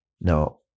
Now